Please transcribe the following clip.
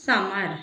सामार